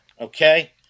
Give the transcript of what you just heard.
Okay